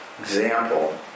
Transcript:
example